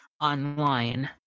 online